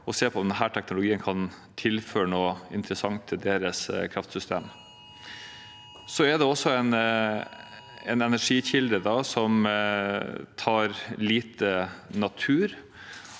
å se på om denne teknologien kan tilføre noe interessant til deres kraftsystem. Det er også en energikilde som tar lite natur,